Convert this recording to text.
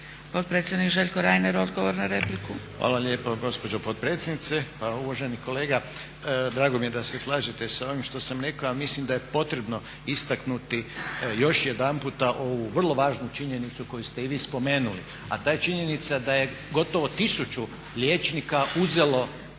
Potpredsjednik Željko Reiner, odgovor na repliku. **Reiner, Željko (HDZ)** Hvala lijepo gospođo potpredsjednice. Pa uvaženi kolega, drago mi je da se slažete sa ovim što sam rekao, a mislim da je potrebno istaknuti još jedanputa ovu vrlo važnu činjenicu koju ste i vi spomenuli, a ta je činjenica da je gotovo 1000 liječnika uzelo